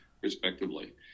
respectively